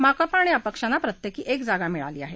माकपा आणि अपक्षांना प्रत्येकी एक जागा मिळाली आहे